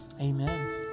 amen